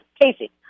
Casey